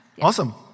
Awesome